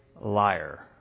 liar